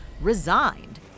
resigned